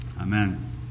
Amen